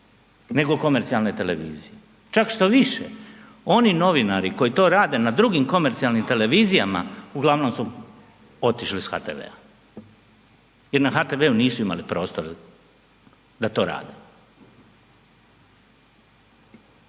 nego komercionalne televizije, čak štoviše oni novinari koji to rade na drugim komercijalnim televizijama uglavnom su otišli s HTV-a jer na HTV-u nisu imali prostor da to rade.